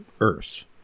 Earth